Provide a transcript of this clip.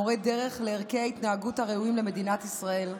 מורה דרך לערכי ההתנהגות הראויים למדינת ישראל.